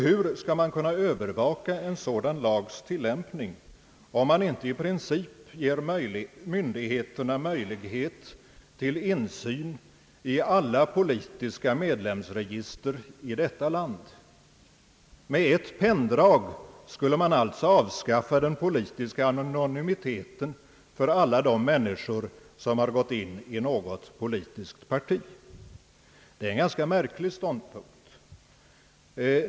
Hur skall man kunna övervaka en sådan lags tilllämpning, om man inte i princip ger myndigheterna möjlighet till insyn i alla politiska medlemsregister i detta land? Med ett penndrag skulle man alltså avskaffa den politiska anonymiteten för alla de människor, som gått in i något politiskt parti. Dei är en ganska märklig ståndpunkt.